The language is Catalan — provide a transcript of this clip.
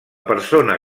persona